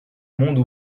monde